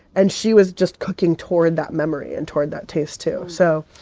and she was just cooking toward that memory and toward that taste too, so.